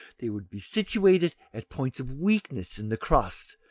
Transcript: they would be situated at points of weakness in the crust,